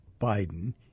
Biden